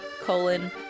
colon